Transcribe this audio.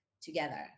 together